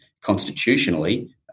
Constitutionally